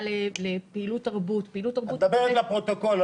לפעילות תרבות --- את מדברת לפרוטוקול,